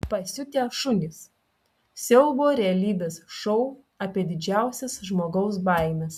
pasiutę šunys siaubo realybės šou apie didžiausias žmogaus baimes